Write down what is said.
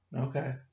Okay